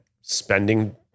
spending